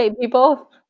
people